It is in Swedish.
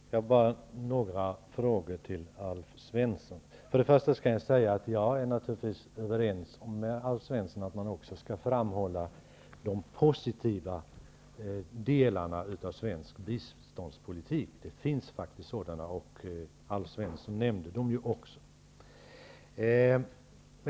Herr talman! Jag vill ställa några frågor till Alf Jag är naturligtvis överens med Alf Svensson om att man också skall framhålla de positiva delarna i svensk biståndspolitik. Det finns faktiskt sådana, och Alf Svensson nämnde dem ju också.